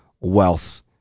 wealth